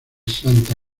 santa